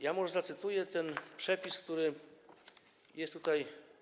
Ja może zacytuję ten przepis, który jest tutaj.